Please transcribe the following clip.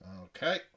Okay